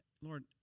Lord